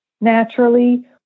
naturally